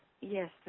Yes